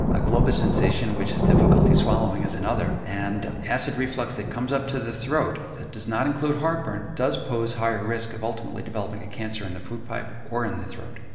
a globus sensation, which is difficulty swallowing is another. and acid reflux that comes up to the throat, that does not include heartburn, does pose higher risk of ultimately developing a cancer in the food pipe or in the throat.